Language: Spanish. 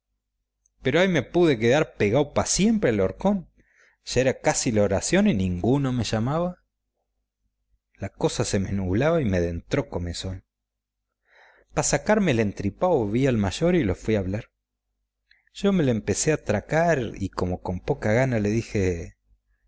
pero ahi me puede quedar pegao pa siempre al horcón ya era casi la oración y ninguno me llamaba la cosa se me ñublaba y me dentró comezón pa sacarme el entripao vi al mayor y lo fi a hablar yo me lo empecé a atracar y como con poca gana le dije